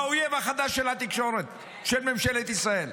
האויב החדש של ממשלת ישראל.